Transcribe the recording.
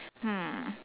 hmm